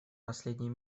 последний